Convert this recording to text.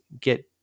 get